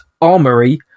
armory